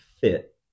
fit